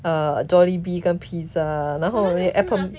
uh jollibee 跟 pizza 然后你的 aircon~